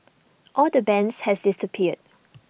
all the bands has disappeared